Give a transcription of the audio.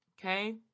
Okay